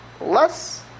less